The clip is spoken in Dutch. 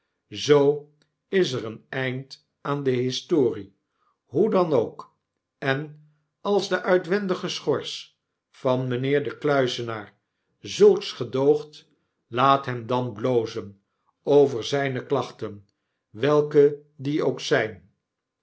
zoo is er een eind aan de historie hoe dan ook en als de uitwendige schors van mynheer den kluizenaar zulks gedoogt laat hem dan blozenover zijne klachten welke die ook zyn